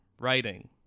writing